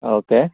okay